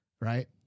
Right